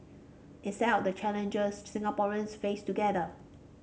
it set out the challenges Singaporeans face together